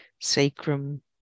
sacrum